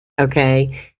Okay